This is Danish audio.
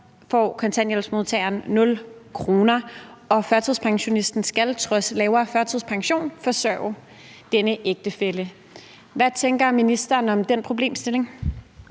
får kontanthjælpsmodtageren 0 kr., og førtidspensionisten skal trods lavere førtidspension forsørge denne ægtefælle. Hvad tænker ministeren om den problemstilling?